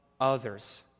others